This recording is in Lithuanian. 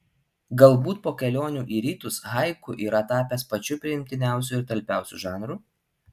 galbūt po kelionių į rytus haiku yra tapęs pačiu priimtiniausiu ir talpiausiu žanru